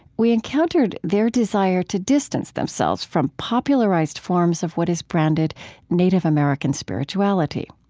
we encountered their desire to distance themselves from popularized forms of what is branded native american spirituality.